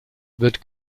wird